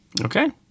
Okay